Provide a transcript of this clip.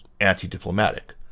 anti-diplomatic